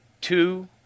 Two